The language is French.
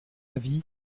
avis